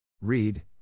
Read